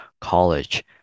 college